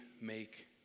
make